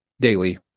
daily